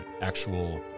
actual